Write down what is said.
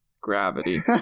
gravity